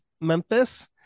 Memphis